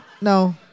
No